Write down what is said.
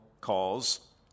calls